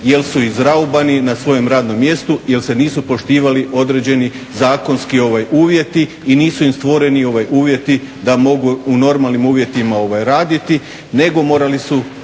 jer su izraubani na svom radnom mjestu jel se nisu poštivali određeni zakonski uvjeti i nisu im stvoreni uvjeti da mogu u normalnim uvjetima raditi nego su morali u